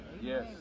Yes